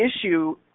issue